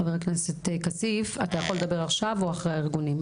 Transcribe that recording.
ח"כ כסיף אתה יכול לדבר עכשיו או אחרי הארגונים,